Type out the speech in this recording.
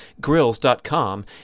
grills.com